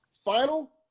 final